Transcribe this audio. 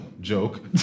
joke